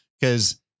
because-